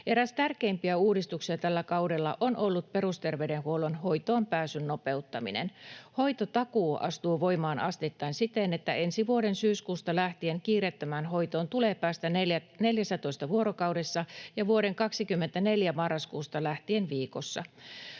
Eräs tärkeimpiä uudistuksia tällä kaudella on ollut perusterveydenhuollon hoitoonpääsyn nopeuttaminen. Hoitotakuu astuu voimaan asteittain siten, että ensi vuoden syyskuusta lähtien kiireettömään hoitoon tulee päästä 14 vuorokaudessa ja vuoden 24 marraskuusta lähtien viikossa.